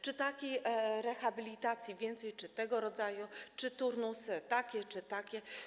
Czy takiej rehabilitacji więcej czy innego rodzaju, czy turnusy takie czy takie.